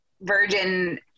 virgin